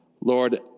Lord